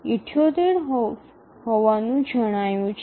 ૭૮ હોવાનું જણાયું છે